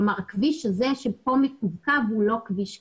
כלומר, הכביש הזה שכאן מקווקו הוא לא כביש קיים.